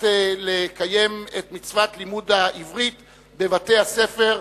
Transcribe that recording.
לקיים את מצוות לימוד העברית בבתי-הספר,